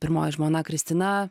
pirmoji žmona kristina